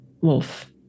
wolf